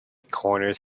corners